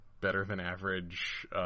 better-than-average